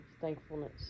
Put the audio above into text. thankfulness